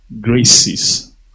graces